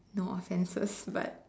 no offenses but